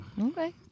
Okay